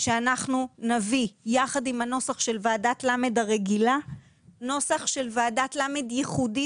שאנחנו נביא יחד עם הנוסח של ועדת ל' הרגילה נוסח של ועדת ל' ייחודית,